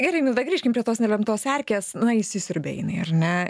gerai milda grįžkim prie tos nelemtos erkės įsisiurbė jinai ar ne